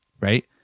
Right